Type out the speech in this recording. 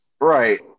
Right